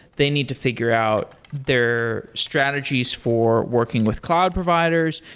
they need to figure out their strategies for working with cloud providers.